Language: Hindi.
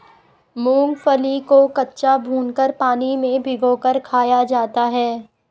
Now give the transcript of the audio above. मूंगफली को कच्चा, भूनकर, पानी में भिगोकर खाया जाता है